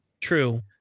True